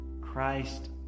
Christ